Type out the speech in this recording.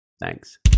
Thanks